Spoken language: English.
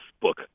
book